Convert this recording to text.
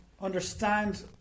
understand